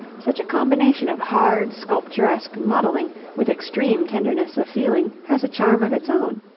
such a combination of hard sculpturesque modelling with extreme tenderness of feeling has a charm of its own.